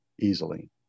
easily